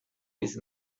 with